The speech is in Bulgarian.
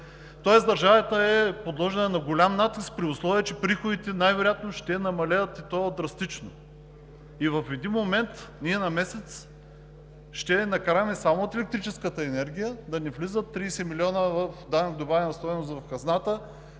Тоест държавата е подложена на голям натиск, при условие че приходите най-вероятно ще намалеят, и то драстично. И в един момент ние на месец ще накараме само от електрическата енергия да не влизат 30 млн. лв. данък добавена стойност в хазната,